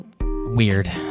weird